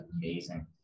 amazing